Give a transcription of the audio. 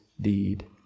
deed